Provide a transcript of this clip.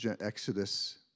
Exodus